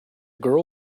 girl